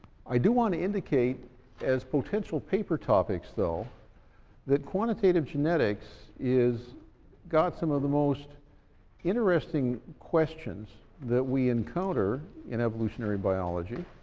i do want to indicate as potential paper topics though that quantitative genetics has got some of the most interesting questions that we encounter in evolutionary biology,